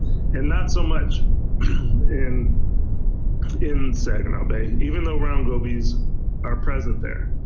and not so much in in saginaw bay, even though round gobies are present there.